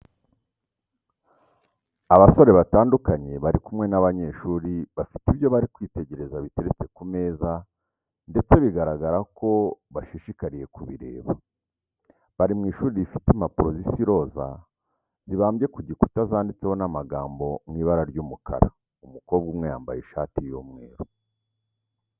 Abasore batandukanye bari kumwe n'abanyeshuri bafite ibyo bari kwitegereza biteretse ku meza ndetse bigaragara ko bashishikariye kubireba. Bari mu ishuri rifite impapuro zisa iroza zibambye ku gikuta zanditseho n'amagambo mu ibara ry'umukara. Umukobwa umwe yambaye ishati y'umweru.